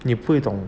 你不会懂